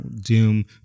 Doom